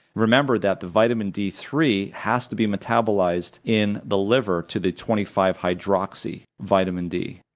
remember that the vitamin d three has to be metabolized in the liver to the twenty five hydroxy vitamin d,